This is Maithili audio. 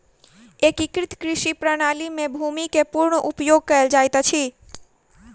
एकीकृत कृषि प्रणाली में भूमि के पूर्ण उपयोग कयल जाइत अछि